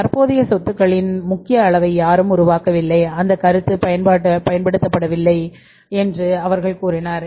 தற்போதைய சொத்துக்களின் முக்கிய அளவை யாரும் உருவாக்கவில்லை இந்த கருத்து பயன்படுத்தப்படவில்லை என்று அவர்கள் கூறினர்